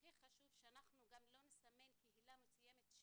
והכי חשוב שאנחנו לא נסמן קהילה מסוימת,